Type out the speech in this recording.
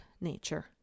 nature